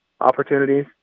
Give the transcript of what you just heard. opportunities